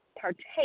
partake